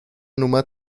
nummer